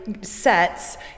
sets